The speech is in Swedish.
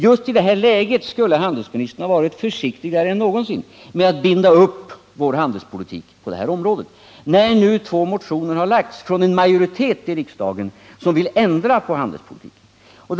Just i detta läge skulle handelsministern ha varit försiktigare än någonsin med att binda upp vår handelspolitik på det här området, nu när en majoritet i riksdagen har väckt två motioner, som går ut på en ändring av handelspolitiken.